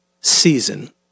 season